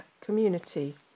Community